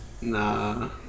Nah